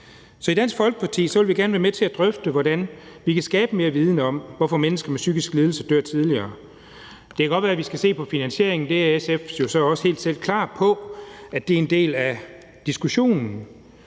Så i Dansk Folkeparti vil vi gerne være med til at drøfte, hvordan vi kan skabe mere viden om, hvorfor mennesker med en psykisk lidelse dør tidligere. Det kan godt være, at vi skal se på finansieringen. Det er SF jo også helt klar på er en del af diskussionen.